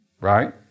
Right